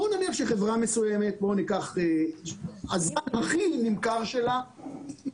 בוא ניקח חברה מסוימת שהמוצר הכי נמכר שלה,